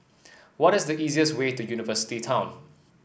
what is the easiest way to University Town